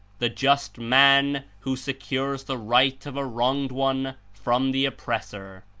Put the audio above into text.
the just man who se cures the right of a wronged one from the oppressor,